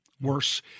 worse